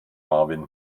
marvin